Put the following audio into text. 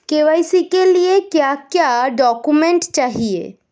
KYC के लिए क्या क्या डॉक्यूमेंट चाहिए?